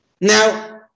Now